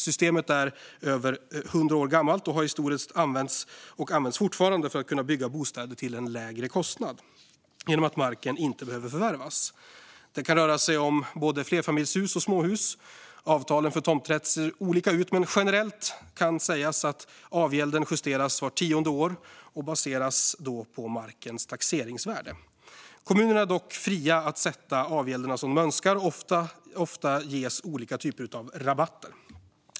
Systemet är över 100 år gammalt och har historiskt använts och används fortfarande för att kunna bygga bostäder till en lägre kostnad genom att marken inte behöver förvärvas. Det kan röra sig om både flerfamiljshus och småhus. Avtalen för tomträtt ser olika ut, men generellt kan sägas att avgälden justeras vart tionde år och då baseras på markens taxeringsvärde. Kommunerna är dock fria att sätta avgälderna som de önskar, och ofta ges olika typer av rabatter.